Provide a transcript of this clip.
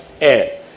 air